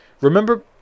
remember